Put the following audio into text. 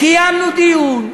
קיימנו דיון,